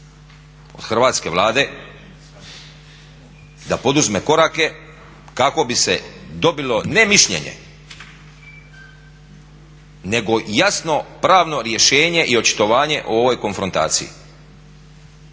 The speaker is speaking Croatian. od hrvatske Vlade da poduzme korake kako bi se dobilo ne mišljenje nego jasno pravno rješenje i očitovanje o ovoj konfrontaciji.